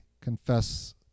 confess